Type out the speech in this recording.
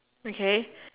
okay